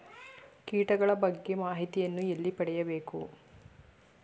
ಕೀಟಗಳ ಬಗ್ಗೆ ಮಾಹಿತಿಯನ್ನು ಎಲ್ಲಿ ಪಡೆಯಬೇಕು?